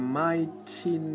mighty